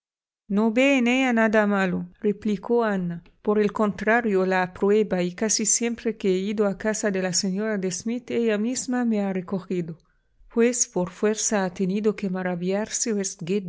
no ve en ella nada maloreplicó ana por el contrario la aprueba y casi siempre que he ido a casa de la señora de smith ella misma me ha recogido pues por fuerza ha tenido que maravillarse